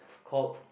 called